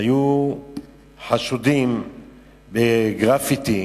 שהיו חשודים בריסוס גרפיטי